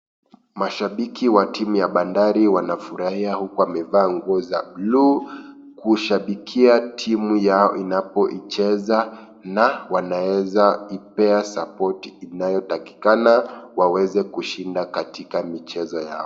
Mashabiki wa timu ya Bandari wanafurahia huku wamevaa nguo za bluu; kushabikia timu yao inapoicheza na wanaweza ipea support inayotakikana waweze kushinda katika michezo yao.